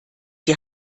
die